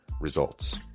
results